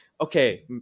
okay